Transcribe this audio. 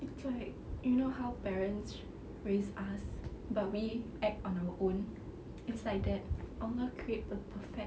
it's like you know how parents raise us but we act on our own it's like that allah create a perfect